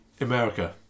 America